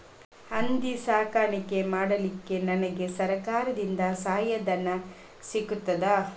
ಹಂದಿ ಸಾಕಾಣಿಕೆ ಮಾಡಲಿಕ್ಕೆ ನನಗೆ ಸರಕಾರದಿಂದ ಸಹಾಯಧನ ಸಿಗುತ್ತದಾ?